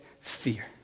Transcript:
fear